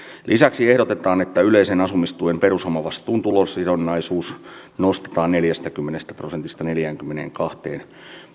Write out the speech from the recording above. lisäksi ehdotetaan että yleisen asumistuen perusomavastuun tulosidonnaisuus nostetaan neljästäkymmenestä prosentista neljäänkymmeneenkahteen